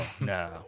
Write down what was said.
No